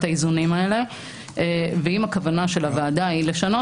האיזונים האלה ואם הכוונה של הוועדה היא לשנות,